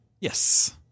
Yes